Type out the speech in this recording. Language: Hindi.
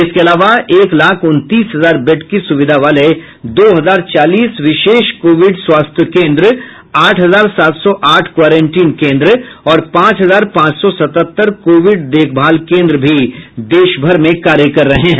इसके अलावा एक लाख उनतीस हजार बैड की सुविधा वाले दो हजार चालीस विशेष कोविड स्वास्थ्य केन्द्र आठ हजार सात सौ आठ क्वारेंटीन केन्द्र और पांच हजार पांच सौ सतहत्तर कोविड देखभाल केन्द्र भी देशभर में कार्य कर रहे हैं